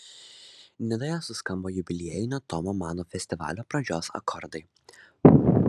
nidoje suskambo jubiliejinio tomo mano festivalio pradžios akordai